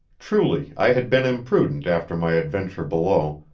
truly i had been imprudent after my adventure below,